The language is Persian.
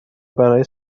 برای